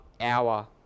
hour